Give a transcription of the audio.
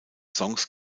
songs